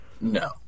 No